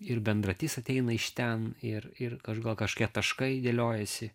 ir bendratis ateina iš ten ir ir aš gal kažkokie taškai dėliojasi